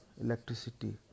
electricity